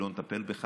לא נטפל בך,